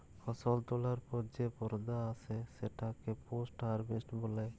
ফসল তোলার পর যে পর্যা আসে সেটাকে পোস্ট হারভেস্ট বলে